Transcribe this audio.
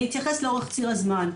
אני אתייחס לאורך ציר הזמן.